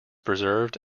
preserved